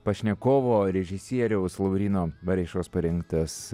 pašnekovo režisieriaus lauryno bareišos parinktas